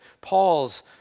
Paul's